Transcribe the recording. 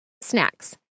snacks